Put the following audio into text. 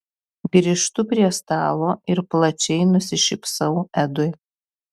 grįžtu prie stalo ir plačiai nusišypsau edui